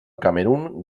camerun